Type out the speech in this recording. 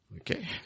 Okay